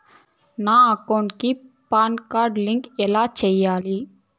నా అకౌంట్ కి PAN card link ఎలా సేయాలి